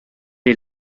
est